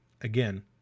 again